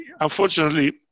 unfortunately